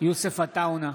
יוסף עטאונה,